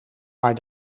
maar